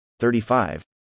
35